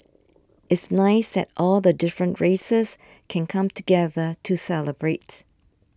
it's nice that all the different races can come together to celebrate